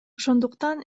ошондуктан